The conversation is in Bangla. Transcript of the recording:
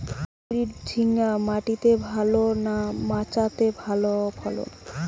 হাইব্রিড ঝিঙ্গা মাটিতে ভালো না মাচাতে ভালো ফলন?